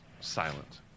silent